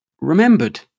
remembered